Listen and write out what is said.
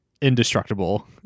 indestructible